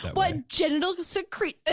what genital to secrete,